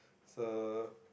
so